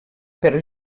per